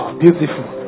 beautiful